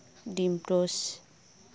ᱰᱤᱢᱴᱳᱥᱴ